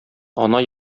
ана